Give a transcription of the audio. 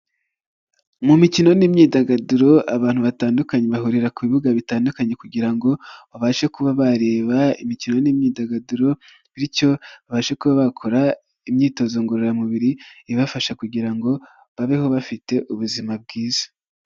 Mu mikino n'imyidagaduro abantu batandukanye bahurira ku bibuga bitandukanye, kugira ngo babashe kuba bareba imikino n'imyidagaduro, bityo babashe kuba bakora imyitozo ngororamubiri ibafasha kugira ngo babeho bafite ubuzima bwiza.